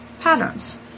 patterns